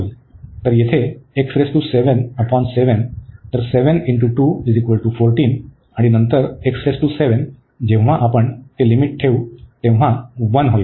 तर येथे तर 7 × 2 14 आणि नंतर जेव्हा आपण ती लिमिट ठेवू तेव्हा 1 होईल